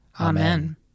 Amen